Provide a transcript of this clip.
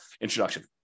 introduction